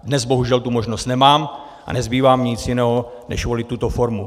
Dnes bohužel tu možnost nemám a nezbývá mi nic jiného než volit tuto formu.